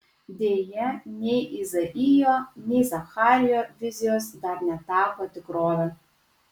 deja nei izaijo nei zacharijo vizijos dar netapo tikrove